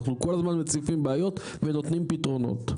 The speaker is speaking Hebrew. אנחנו כל הזמן מציפים בעיות ונותנים פתרונות.